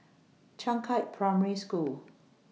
Changkat Primary School